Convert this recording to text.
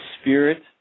Spirit